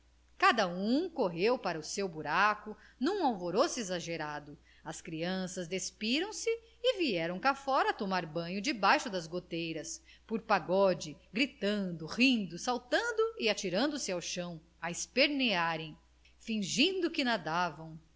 cada um correu para o seu buraco num alvoroço exagerado as crianças despiram se e vieram cá fora tomar banho debaixo das goteiras por pagode gritando rindo saltando e atirando-se ao chão a espernearem fingindo que nadavam